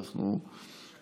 סעיפים 1 2 נתקבלו.